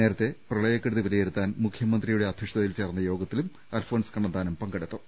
നേരത്തെ പ്രളയക്കെടുതി വിലയിരുത്താൻ മുഖ്യമന്ത്രിയുടെ അധ്യക്ഷതയിൽ ചേർന്ന യോഗത്തിലും അൽഫോൺസ് കണ്ണന്താനം പങ്കെടുത്തു